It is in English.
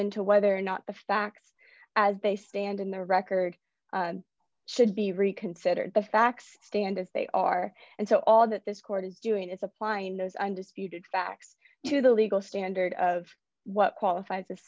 into whether or not the facts as they stand in the record should be reconsidered the facts stand as they are and so all that this court is doing is applying those undisputed facts to the legal standard of what qualifies as